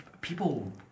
people